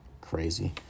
Crazy